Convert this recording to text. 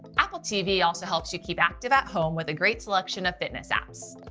apple tv also helps you keep active at home with a great selection of fitness apps.